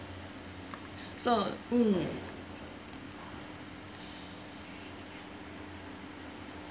so mm